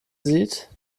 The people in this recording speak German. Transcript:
sieht